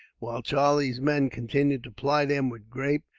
while charlie's men continued to ply them with grape,